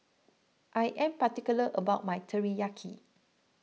I am particular about my Teriyaki